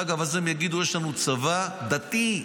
אז הם יגידו: יש לנו צבא דתי,